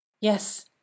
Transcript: Yes